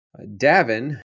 davin